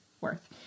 worth